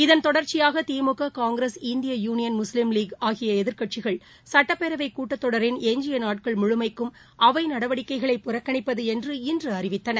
இதன் தொடர்ச்சியாகதிமுக காங்கிரஸ் இந்திய யுனியன் முஸ்லீம் லீக் ஆகியஎதிர்க்கட்சிகள் சுட்டப்பேரவைகூட்டத்தொடரின் எஞ்ஜிய நாட்கள் முழுமைக்கும் புறக்கணிப்பதுஎன்று இன்றுஅறிவித்தன